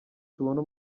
tubona